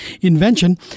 invention